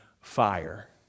fire